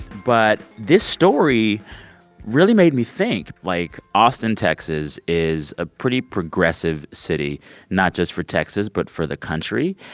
but this story really made me think. like, austin, texas, is a pretty progressive city not just for texas but for the country.